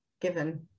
given